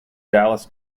dallas